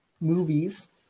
movies